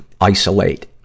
isolate